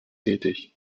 tätig